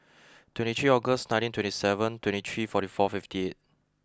twenty three August nineteen twenty seven twenty three forty four fifty eight